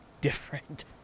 different